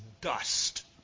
dust